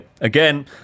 Again